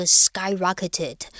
skyrocketed